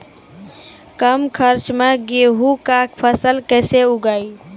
कम खर्च मे गेहूँ का फसल कैसे उगाएं?